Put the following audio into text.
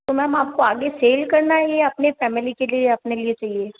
तो मैम आपको आगे सेल करना है या अपनी फैमिली के लिए या अपने लिए चाहिए